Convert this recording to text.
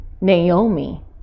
naomi